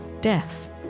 death